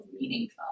meaningful